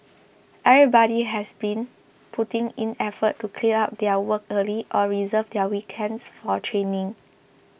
everybody has been putting in effort to clear out their work early or reserve their weekends for training